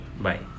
bye